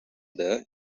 there